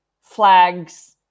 flags